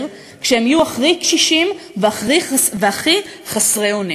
כשהם יהיו הכי קשישים והכי חסרי אונים.